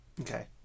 Okay